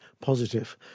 positive